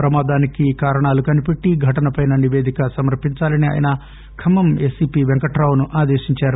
ప్రమాదానికి కారణాలు కనిపెట్టి ఘటనపై నివేదిక సమర్పించాలని ఆయన ఖమ్మం ఏసీపీ వెంకట్రావును ఆదేశించారు